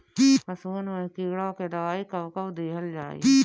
पशुअन मैं कीड़ा के दवाई कब कब दिहल जाई?